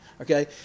Okay